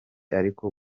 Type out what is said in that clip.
ariko